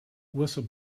whistle